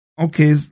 okay